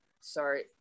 sorry